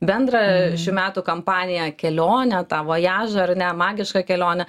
bendrą šių metų kampaniją kelionę tą vojažą ar ne magišką kelionę